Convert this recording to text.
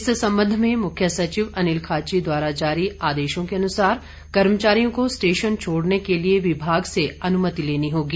इस संबंध में मुख्य सचिव अनिल खाची द्वारा जारी आदेशों के अनुसार कर्मचारियों का स्टेशन छोड़ने के लिए विभाग से अनुमति लेनी होगी